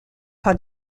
par